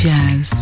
Jazz